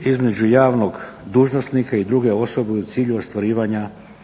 između javnog dužnosnika u druge osobe u cilju ostvarivanja osobne